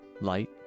light